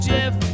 Jeff